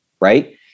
right